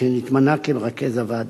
שנתמנה כמרכז הוועדה.